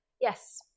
Yes